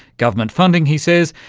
government funding, he says,